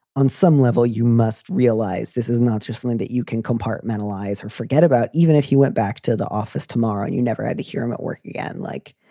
on some level, you must realize this is not something that you can compartmentalize or forget about. even if you went back to the office tomorrow, you never had to hear him at work again. like